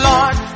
Lord